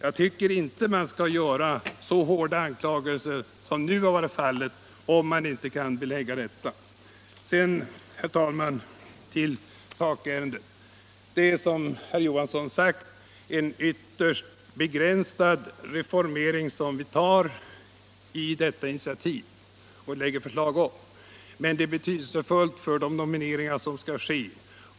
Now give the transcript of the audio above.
Jag tycker inte man skall framställa så hårda anklagelser som nu varit fallet, om man inte kan belägga dem. Sedan, herr talman, till sakärendet! Det är som herr Johansson sagt en ytterst begränsad reformering som vi med detta initiativ framlägger förslag om, men det är betydelsefullt för de nomineringar som skall ske.